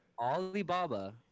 Alibaba